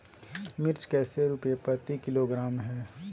मिर्च कैसे रुपए प्रति किलोग्राम है?